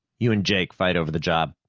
you and jake fight over the job,